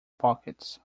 pockets